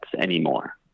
anymore